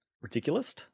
Ridiculous